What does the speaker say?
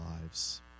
lives